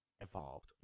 evolved